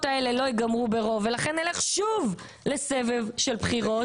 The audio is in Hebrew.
האלה לא ייגמרו ברוב ולכן נלך שוב לסבב של בחירות.